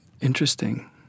Interesting